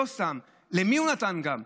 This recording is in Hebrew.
לא סתם, למי הוא נתן גם?